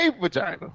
vagina